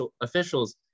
officials